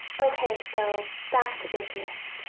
ok, so, back to business.